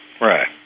Right